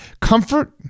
comfort